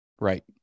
right